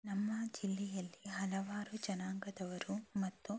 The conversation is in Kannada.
ನಮ್ಮ ಜಿಲ್ಲೆಯಲ್ಲಿ ಹಲವಾರು ಜನಾಂಗದವರು ಮತ್ತು